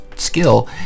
skill